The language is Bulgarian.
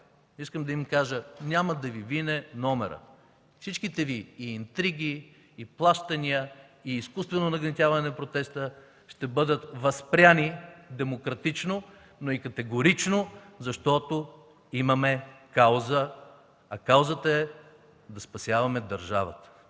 Искам да им кажа – няма да Ви мине номерът, всичките Ви интриги и плащания, и изкуствено нагнетяване на протеста ще бъдат възпрени демократично, но и категорично, защото имаме кауза, а каузата е да спасяваме държавата.